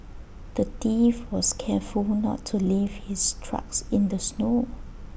the thief was careful not to leave his tracks in the snow